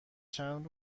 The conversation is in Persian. چند